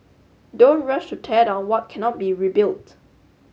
don't rush to tear down what cannot be rebuilt